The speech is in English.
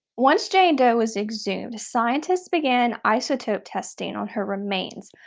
once jane doe was exhumed, scientists began isotope testing on her remains.